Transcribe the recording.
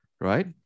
Right